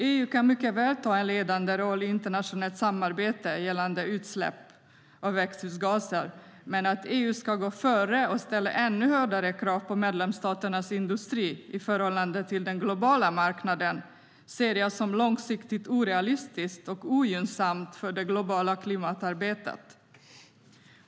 EU kan mycket väl ta en ledande roll i internationellt samarbete gällande utsläpp av växthusgaser, men att EU ska gå före och ställa ännu hårdare krav på medlemsstaternas industri i förhållande till den globala marknaden ser jag som långsiktigt orealistiskt och ogynnsamt för det globala klimatarbetet.